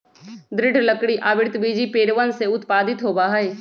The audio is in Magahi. दृढ़ लकड़ी आवृतबीजी पेड़वन से उत्पादित होबा हई